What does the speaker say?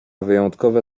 wyjątkowe